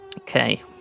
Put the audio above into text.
Okay